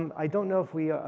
i don't know if we